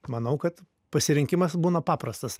manau kad pasirinkimas būna paprastas